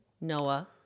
Noah